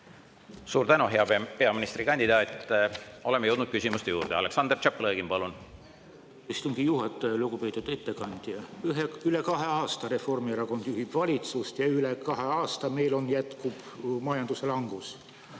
Suur tänu, hea peaministrikandidaat! Oleme jõudnud küsimuste juurde. Aleksandr Tšaplõgin, palun!